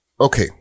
okay